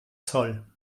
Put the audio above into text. zoll